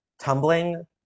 tumbling